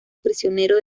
prisionero